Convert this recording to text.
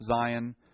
Zion